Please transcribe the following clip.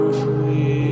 free